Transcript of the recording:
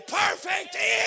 perfect